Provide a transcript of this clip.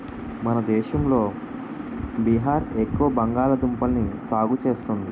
మన దేశంలో బీహార్ ఎక్కువ బంగాళదుంపల్ని సాగు చేస్తుంది